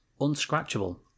unscratchable